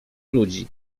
ludzi